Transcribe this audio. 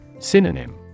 synonym